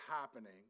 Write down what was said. happening